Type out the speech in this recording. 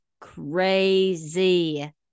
crazy